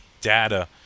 data